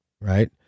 right